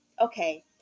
Okay